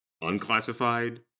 unclassified